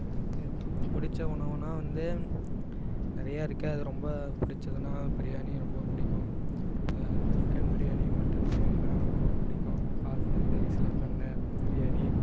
எனக்கு பிடிச்ச உணவுன்னா வந்து நிறையா இருக்கு அது ரொம்ப பிடிச்சதுனா பிரியாணி ரொம்ப பிடிக்கும் இப்போ சிக்கன் பிரியாணி மட்டன் பிரியாணின்னா ரொம்ப பிடிக்கும் பாஸ்மதி ரைஸில் பண்ண பிரியாணி